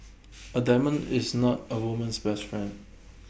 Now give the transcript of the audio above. A diamond is not A woman's best friend